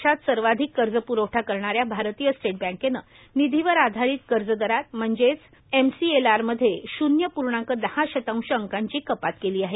देशात सर्वाधिक कर्जप्रवठा करणाऱ्या भारतीय स्टेट बँकेनं निधीवर आधारित कर्जदरात म्हणजेच एमसीएलआरमध्ये शन्य पूर्णांक दहा शतांश अंकांची कपात केली आहे